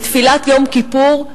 בתפילת יום כיפור,